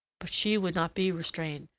but she would not be restrained.